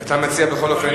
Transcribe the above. אבל למה אתה לא רוצה מליאה?